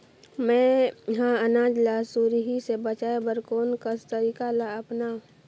मैं ह अनाज ला सुरही से बचाये बर कोन कस तरीका ला अपनाव?